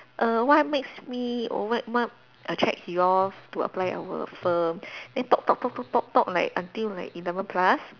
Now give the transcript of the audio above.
err what makes me or what what attracts you all to apply our firm then talk talk talk talk talk talk like until like eleven plus